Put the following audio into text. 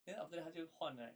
then after that 他就换 right